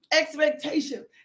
expectation